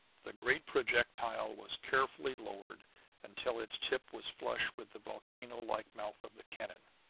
the great projectile was carefully lowered until its tip was flush with the volcano-like mouth of the cannon.